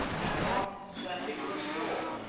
and off san nicolas shoal,